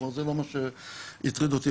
זה לא מה שהטריד אותי.